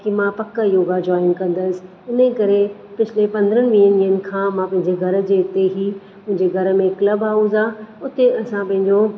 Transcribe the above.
कि मां पकि योगा जोइन कंदसि हिन करे पिछ्ले पंद्रहां वीहनि ॾींहनि खां मां पंहिंजे घरु जे हिते ई मुंहिंजे घरु में कल्ब हाऊस आहे उते असां पंहिंजो